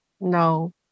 No